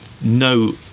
no